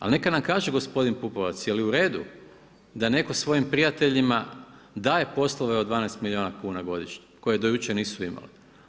Ali neka nam kaže gospodin Pupovac je li u redu da netko svojim prijateljima daje poslove od 12 miliona kuna godišnje koje do jučer nisu imali.